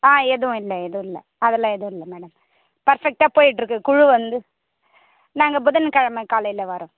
ஆ எதுவும் இல்லை எதுவும் இல்லை அதெல்லாம் எதுவும் இல்லை மேடம் பெர்ஃபெக்டாக போய்கிட்ருக்கு குழு வந்து நாங்கள் புதன் கிழம காலையில் வரறோம்